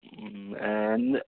എന്താ